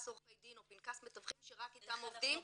עורכי דין או פנקס מתווכים שרק איתם עובדים,